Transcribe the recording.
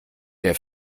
der